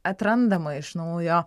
atrandama iš naujo